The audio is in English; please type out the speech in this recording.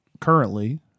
currently